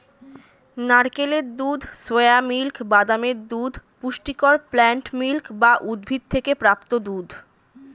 নারকেলের দুধ, soya milk, বাদামের দুধ পুষ্টিকর প্লান্ট মিল্ক বা উদ্ভিদ থেকে প্রাপ্ত দুধ